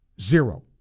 Zero